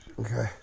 Okay